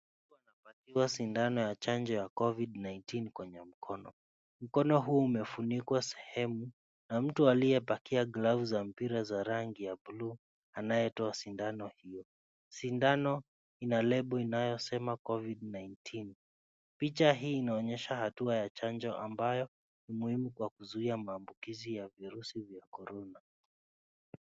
Mtu anapatiwa sindano ya chanjo ya COVID-19 kwenye mkono. Mkono huu umefunikwa sehemu, na mtu aliyepakia gloves za mpira wa rangi ya buluu anaye toa sindano hiyo. Sindano ina label inayo sema COVID-19 . Picha hii inaonyesha hatua ya chanjo ambayo ni muhimu kwa kuzuia maambukizi ya virusi vya korona.